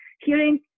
hearing